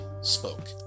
spoke